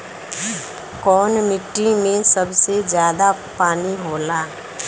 कौन मिट्टी मे सबसे ज्यादा पानी होला?